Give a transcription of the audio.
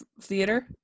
theater